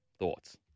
Thoughts